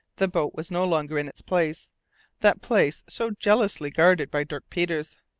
the boat was no longer in its place that place so jealously guarded by dirk peters.